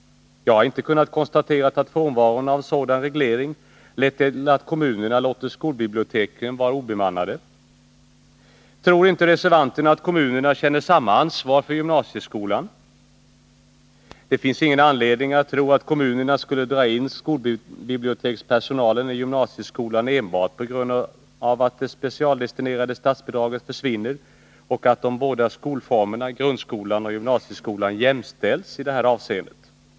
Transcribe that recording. Jag har inte kunnat konstatera att frånvaron av en sådan reglering lett till att kommunerna låter skolbiblioteken vara obemannade. Tror inte reservanterna att kommunerna känner samma ansvar för gymnasieskolan? Det finns ingen anledning att tro att kommunerna skulle dra in skolbibliotekspersonal i gymnasieskolan enbart på grund av att det specialdestinerade statsbidraget försvinner och att de båda skolformerna grundskola och gymnasieskola jämställs i detta avseende.